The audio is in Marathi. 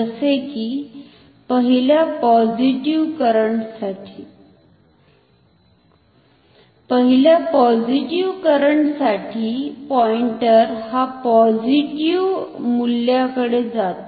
जसेकी पहिल्या पॉझिटिव्ह करंटसाठी पॉइंटर हा पॉझिटिव्ह मूल्याकडे जातो